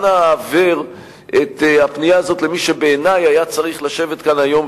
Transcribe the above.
ואנא העבר את הפנייה הזאת למי שבעיני היה צריך לשבת כאן היום,